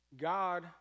God